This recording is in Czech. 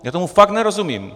Já tomu fakt nerozumím.